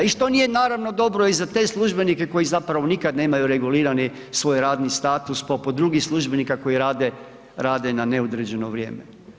I što nije naravno dobro i za te službenike koji zapravo nikad nemaju regulirani svoj radni status poput drugih službenika koji rade na neodređeno vrijeme.